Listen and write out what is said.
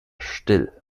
still